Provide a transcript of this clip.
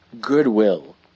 goodwill